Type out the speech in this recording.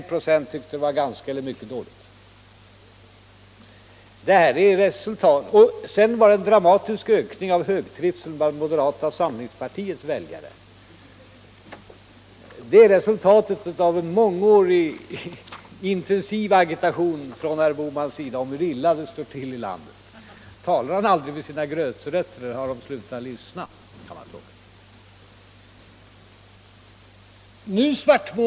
Bara 1 "+ tyckte att det var ganska eller mycket dåligt här. Vidare var det en dramatisk ökning av högtrivseln bland moderata samlingspartiets väljare. Detta är resultatet av en mångårig intensiv agitation från herr Bohmans sida om hur illa det står till i landet. Talar han aldrig med sina gräsrötter? Eller har de slutat att lyssna på honom?